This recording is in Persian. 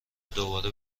دوباره